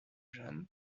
john